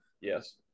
Yes